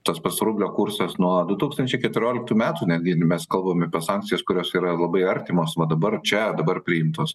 tas pats rublio kursas nuo du tūkstančiai keturioliktų metų negi mes kalbam apie sankcijas kurios yra labai artimos va dabar čia dabar priimtos